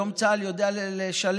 היום צה"ל יודע לשלב